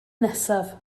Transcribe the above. nesaf